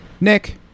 Nick